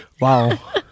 wow